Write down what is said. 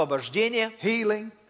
healing